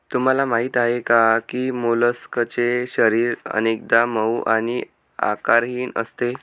तुम्हाला माहीत आहे का की मोलस्कचे शरीर अनेकदा मऊ आणि आकारहीन असते